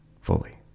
fully